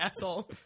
asshole